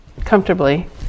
comfortably